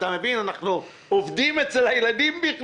אנחנו עובדים אצל הילדים.